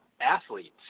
athletes